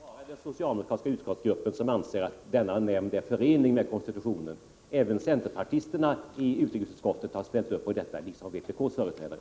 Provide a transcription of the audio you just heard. Herr talman! Får jag till sist säga att det inte bara är den socialdemokratiska utskottsgruppen som anser att denna nämnd är förenlig med konstitutionen — även centerpartisterna i utrikesutskottet har ställt sig bakom den liksom vpk:s företrädare.